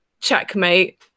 Checkmate